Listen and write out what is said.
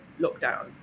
lockdown